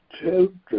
children